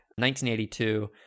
1982